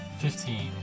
Fifteen